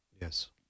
Yes